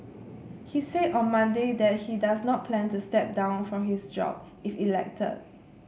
he said on Monday that he does not plan to step down from his job if elected